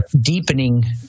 deepening